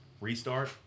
restart